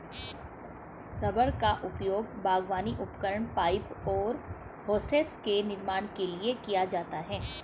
rubber का उपयोग बागवानी उपकरण, पाइप और होसेस के निर्माण के लिए किया जाता है